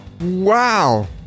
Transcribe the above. wow